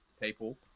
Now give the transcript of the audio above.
people